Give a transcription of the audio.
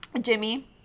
Jimmy